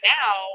now